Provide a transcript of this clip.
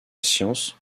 science